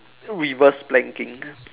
reverse planking